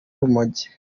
urumogi